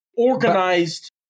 Organized